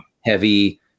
heavy